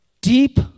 deep